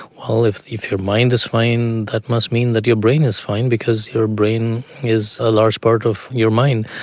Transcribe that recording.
well, if if your mind is fine, that must mean that your brain is fine because your brain is a large part of your mind.